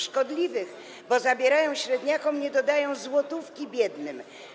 Szkodliwych, bo zabierają średniakom, a nie dodają złotówki biednym.